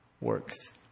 works